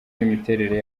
n’imiterere